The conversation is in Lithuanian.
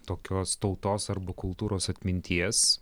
tokios tautos arba kultūros atminties